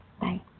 Bye